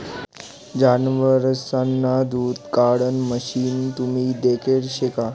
जनावरेसना दूध काढाण मशीन तुम्ही देखेल शे का?